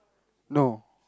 no